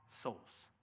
souls